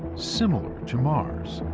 similar to mars'.